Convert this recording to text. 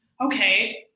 okay